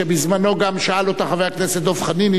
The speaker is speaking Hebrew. שבזמנו גם שאל אותה חבר הכנסת דב חנין,